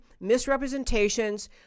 misrepresentations